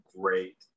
great